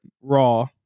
Raw